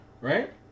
right